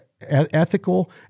ethical